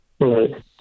Right